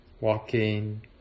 Walking